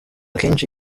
keshi